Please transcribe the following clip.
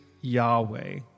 Yahweh